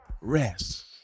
Rest